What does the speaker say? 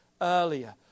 earlier